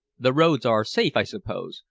the roads are safe, i suppose?